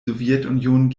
sowjetunion